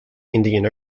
indian